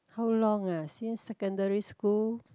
how long uh since secondary school